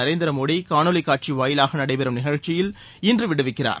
நரேந்திர மோடி காணொலிக்காட்சி வாயிலாக நடைபெறம் நிகழ்ச்சியில் இன்று விடுவிக்கிறார்